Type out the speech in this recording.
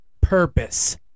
purpose